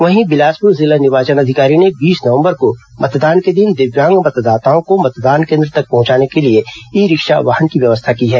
वहीं बिलासपुर जिला निर्वाचन अधिकारी ने बीस नवंबर को मतदान के दिन दिव्यांग मतदाताओं को मतदान केंद्र तक पहुंचाने के लिए ई रिक्शा वाहन की व्यवस्था की है